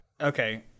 Okay